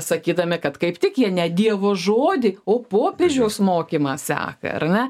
sakydami kad kaip tik jie ne dievo žodį o popiežiaus mokymą seka ar ne